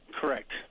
Correct